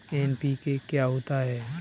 NPK क्या होता है?